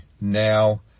now